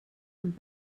amb